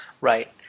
Right